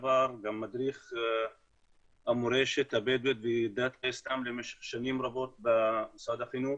גם מדריך של המורשת הבדואית בדת האיסלם במשך שנים רבות במשרד החינוך.